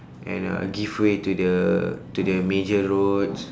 and uh give way to the to the major roads